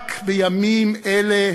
רק בימים אלה